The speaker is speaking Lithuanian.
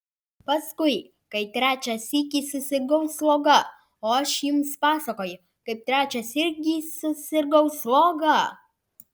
paskui kai trečią sykį susirgau sloga o aš jums pasakojau kaip trečią sykį susirgau sloga